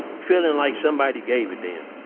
feeling like somebody gave a damn.